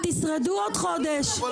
יש פה אנשים --- אם אתם תשרדו עוד חודש.